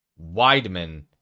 Weidman